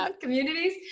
communities